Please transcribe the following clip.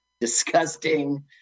disgusting